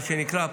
מה שנקרא.